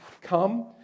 Come